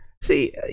See